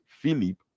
Philip